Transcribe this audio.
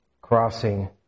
crossing